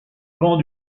vent